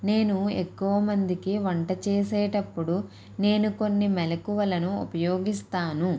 నేను ఎక్కువమందికి వంట చేసేటప్పుడు నేను కొన్ని మెలకువలను ఉపయోగిస్తాను